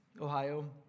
Ohio